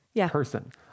person